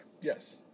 Yes